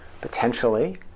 potentially